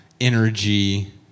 energy